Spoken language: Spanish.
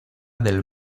del